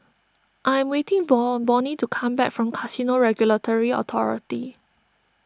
I am waiting for Bonny to come back from Casino Regulatory Authority